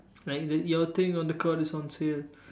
like the your thing on the cart is on sale